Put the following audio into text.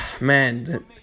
man